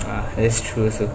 that's true so